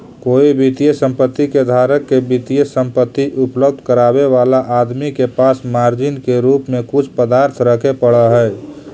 कोई वित्तीय संपत्ति के धारक के वित्तीय संपत्ति उपलब्ध करावे वाला आदमी के पास मार्जिन के रूप में कुछ पदार्थ रखे पड़ऽ हई